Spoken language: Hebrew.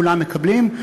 כולם מקבלים,